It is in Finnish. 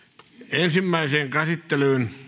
ensimmäiseen käsittelyyn